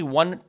one